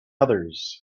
others